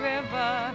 River